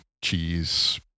cheese